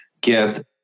get